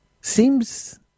Seems